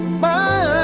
my ah